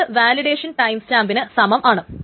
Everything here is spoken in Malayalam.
അത് വാലിഡേഷൻ ടൈംസ്റ്റാമ്പിന് സമം ആണ്